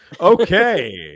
Okay